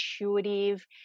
intuitive